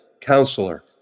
Counselor